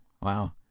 wow